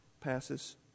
passes